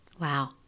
Wow